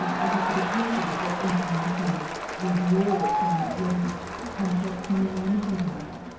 we have to be careful with what information we draw from what is complex neuroimaging data?